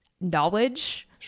knowledge